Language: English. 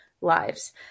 lives